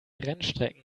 rennstrecken